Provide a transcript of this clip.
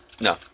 No